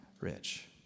rich